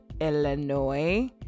Illinois